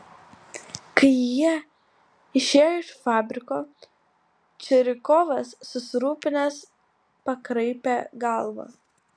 kai jie išėjo iš fabriko curikovas susirūpinęs pakraipė galva